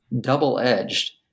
double-edged